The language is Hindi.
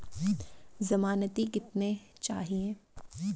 ज़मानती कितने चाहिये?